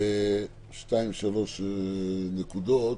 שתיים-שלוש נקודות.